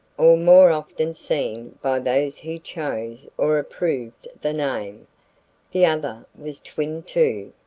or more often seen by those who chose or approved the name the other was twin-two.